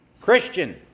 christian